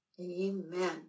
Amen